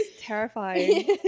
terrifying